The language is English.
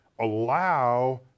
allow